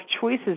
choices